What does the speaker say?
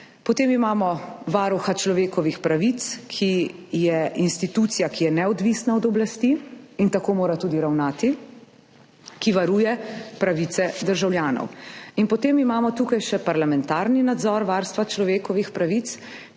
potem imamo Varuha človekovih pravic, ki je institucija, ki je neodvisna od oblasti, in tako mora tudi ravnati, ki varuje pravice državljanov. In potem imamo tukaj še parlamentarni nadzor varstva človekovih pravic,